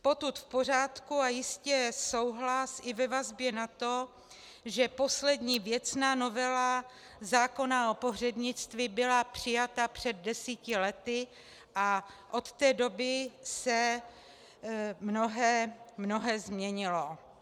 Potud v pořádku a jistě souhlas i ve vazbě na to, že poslední věcná novela zákona o pohřebnictví byla přijata před deseti lety a od té doby se mnohé změnilo.